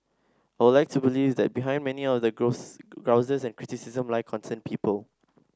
I would like to believe that behind many of the grouses and criticism lie concerned people